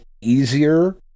easier